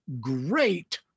great